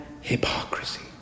hypocrisy